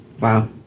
Wow